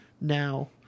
now